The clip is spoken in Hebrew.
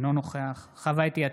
אינו נוכח חוה אתי עטייה,